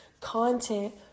Content